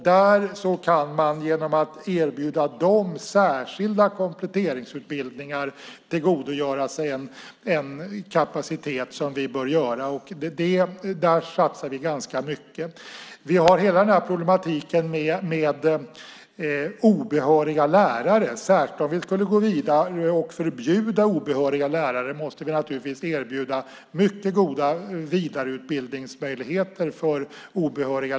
Där kan man genom att erbjuda dem särskilda kompletteringsutbildningar tillgodogöra sig en kapacitet. Det bör vi göra, och där satsar vi ganska mycket. Vi har hela problematiken med obehöriga lärare. Särskilt om vi skulle gå vidare och förbjuda obehöriga lärare måste vi naturligtvis erbjuda mycket goda vidareutbildningsmöjligheter för dessa.